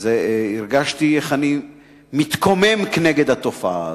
הרגשתי איך אני מתקומם נגד התופעה הזאת.